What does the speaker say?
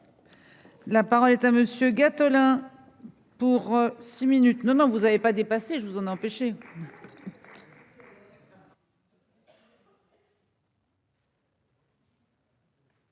La parole est à monsieur Gattolin pour six minutes non non, vous avez pas dépasser, je vous en empêcher.